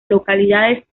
localidades